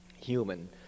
human